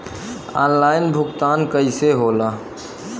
Online भुगतान कईसे होला?